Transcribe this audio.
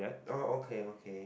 oh okay okay